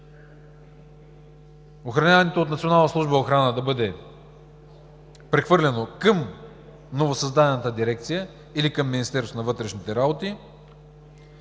охрана да бъде прехвърлено към новосъздадената дирекция или към Министерството на вътрешните работи